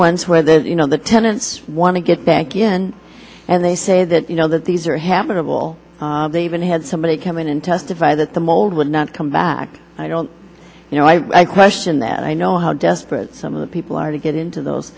ones where there's you know the tenants want to get back in and they say that you know that these are habitable they even had somebody come in and testify that the mold would not come back i don't you know i i question that i know how desperate some of the people are to get into those